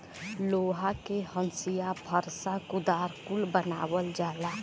लोहा के हंसिआ फर्सा कुदार कुल बनावल जाला